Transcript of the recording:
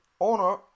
owner